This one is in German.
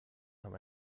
haben